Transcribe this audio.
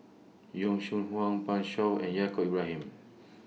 Yong Shu Hoong Pan Shou and Yaacob Ibrahim